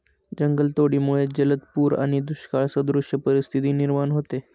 जंगलतोडीमुळे जलद पूर आणि दुष्काळसदृश परिस्थिती निर्माण होते